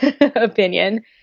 opinion